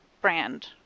brand